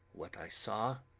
what i saw